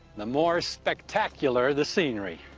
the more spectacular the scenery.